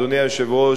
אדוני היושב-ראש,